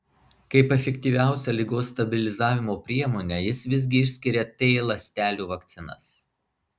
kaip efektyviausią ligos stabilizavimo priemonę jis visgi išskiria t ląstelių vakcinas